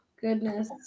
Goodness